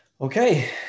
Okay